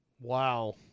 Wow